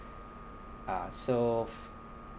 uh so